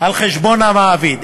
על חשבון המעביד.